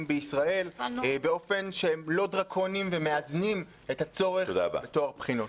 בישראל באופן שהם לא דרקוניים ומאזנים את הצורך בטוהר הבחינות.